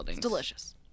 Delicious